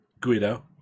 Guido